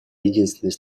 единственной